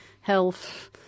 health